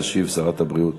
תשיב שרת הבריאות